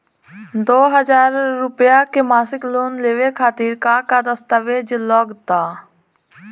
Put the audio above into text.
दो हज़ार रुपया के मासिक लोन लेवे खातिर का का दस्तावेजऽ लग त?